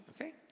okay